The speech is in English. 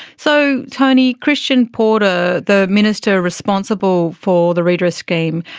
so, tony, christian porter, the minister responsible for the redress scheme,